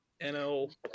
NL